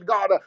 God